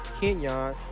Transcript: kenyon